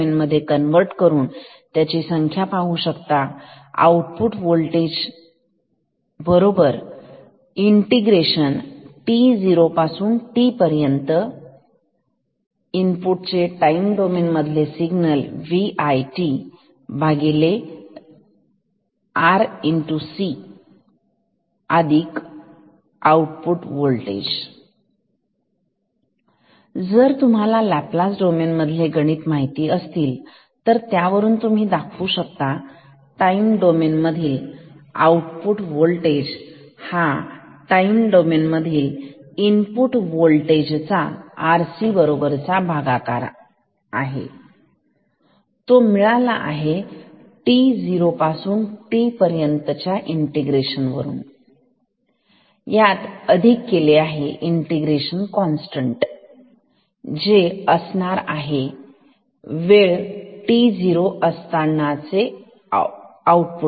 V0Vi 1RCS V0 ViRCS V0 t0tViRC V0 जर तुम्हाला Laplace domain मधले गणिते माहीत असतील तर त्यावरून तुम्ही दाखवू शकता टाईम डोमेन मधील Vo हा टाईम डोमेन मधील Vi चा RC बरोबर भागाकार जो मिळालेला आहे to पासून t पर्यंतच्या इंटिग्रेशन वरून यात अधिक केलेले आहे इंटिग्रेशन कॉन्स्टंट असणार आहे वेळ to असताना चे Vo